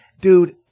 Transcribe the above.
dude